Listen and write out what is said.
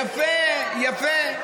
יפה, יפה.